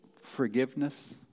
forgiveness